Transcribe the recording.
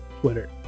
Twitter